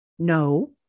No